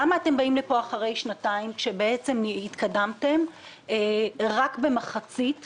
למה אתם באים לפה אחרי שנתיים כשבעצם התקדמתם רק בכמחצית מהמכרזים?